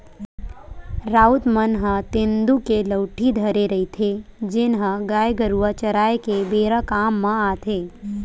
राउत मन ह तेंदू के लउठी धरे रहिथे, जेन ह गाय गरुवा चराए के बेरा काम म आथे